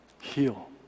Heal